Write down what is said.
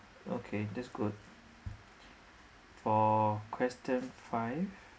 okay that's good for question five